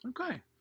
Okay